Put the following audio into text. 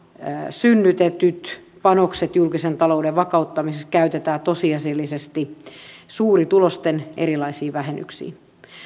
synnytetyt panokset julkisen talouden vakauttamiseksi käytetään tosiasiallisesti suurituloisten erilaisiin vähennyksiin